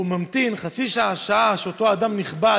הנמקה מהמקום.